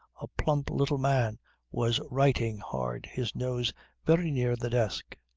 a plump, little man was writing hard, his nose very near the desk.